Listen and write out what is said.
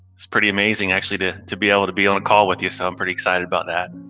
it's pretty amazing, actually, to to be able to be on a call with you, so i'm pretty excited about that.